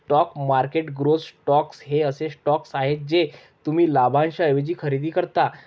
stock market growth stocks हे असे stocks आहेत जे तुम्ही लाभांशाऐवजी खरेदी करता